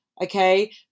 okay